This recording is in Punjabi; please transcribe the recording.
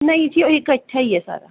ਨਹੀਂ ਜੀ ਉਹ ਇੱਕ ਅੱਛਾ ਹੀ ਹੈ ਸਾਰਾ